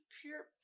pure